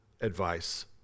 advice